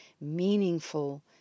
meaningful